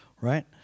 Right